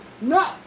no